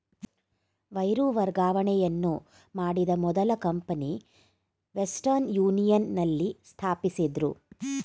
wire ವರ್ಗಾವಣೆಯನ್ನು ಮಾಡಿದ ಮೊದಲ ಕಂಪನಿ ವೆಸ್ಟರ್ನ್ ಯೂನಿಯನ್ ನಲ್ಲಿ ಸ್ಥಾಪಿಸಿದ್ದ್ರು